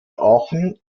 aachen